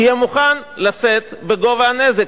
תהיה מוכן לשאת בגובה הנזק.